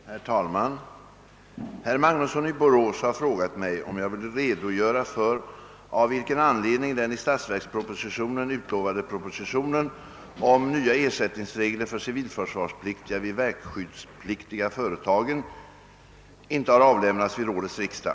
Herr talman! Herr Magnusson i Borås har frågat mig om jag vill redogöra för av vilken anledning den i statsverkspropositionen utlovade propositionen om nya ersättningsregler för civilförsvarspliktiga vid de verkskyddspliktiga företagen inte har avlämnats vid årets riksdag.